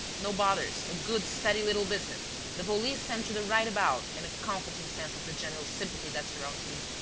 no bothers, a good, steady little business, the police sent to the right about and a comforting sense of the general sympathy that surrounds me.